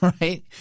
right